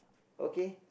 okay